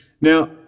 Now